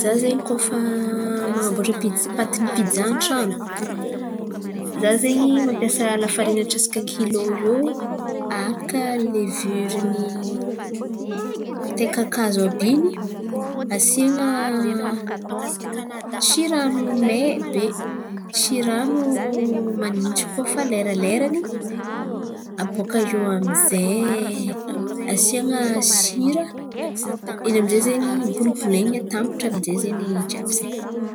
Zah zen̈y kôa fa man̈amboatra pi- patin'n̈y piza an-tran̈o, zah zen̈y mampiasa lafarina antsasaka kilô eo aharaka leviorin'n̈y tain-kakàzo àby in̈y asiana tsy ran̈o may be, tsy ran̈o manintsy koa fa leraleran̈y abôka eo amin'zay asian̈a sira in̈y amin'jay zen̈y bolobolain̈y atambatra amin'zen̈y jiàby zen̈y.